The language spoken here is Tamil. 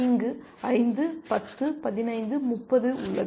இங்கு 5 10 15 30 உள்ளது